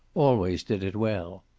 always did it well.